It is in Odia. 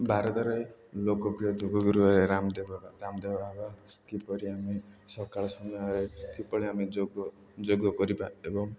ଭାରତରେ ଲୋକପ୍ରିୟ ଯୋଗ ଗୁରୁ ରାମଦେବ ରାମଦେବ ବାବା କିପରି ଆମେ ସକାଳ ସମୟରେ କିପରି ଆମେ ଯୋଗ ଯୋଗ କରିବା ଏବଂ